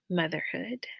motherhood